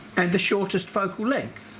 and the shortest focal length,